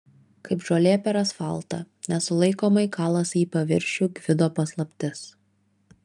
kaip žolė per asfaltą nesulaikomai kalasi į paviršių gvido paslaptis